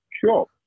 Sure